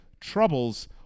troubles